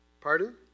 Pardon